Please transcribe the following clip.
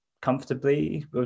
comfortably